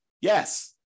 Yes